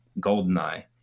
goldeneye